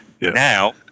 now